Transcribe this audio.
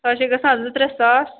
سۄ حظ چھِ گژھان زٕ ترٛےٚ ساس